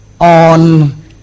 on